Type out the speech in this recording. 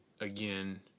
again